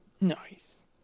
Nice